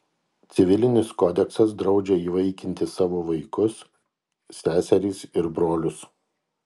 civilinis kodeksas draudžia įvaikinti savo vaikus seserys ir brolius